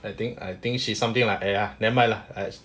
I think I think she something like !aiya! never mind lah